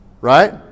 Right